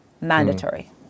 mandatory